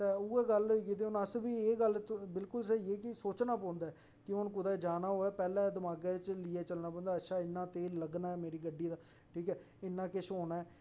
ते उ'ऐ गल्ल होई गेदी हून अस बी एह् गल्ल बिल्कुल स्हेई है कि सोचना पौंदा ऐ कि हून कुतै जाना होऐ पैहलें दमाके च लेइयै चलना पौंदा अच्छा इन्ना तेल लग्गना मेरी गड्डी दा ठीक ऐ इन्ना किश होना